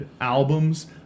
albums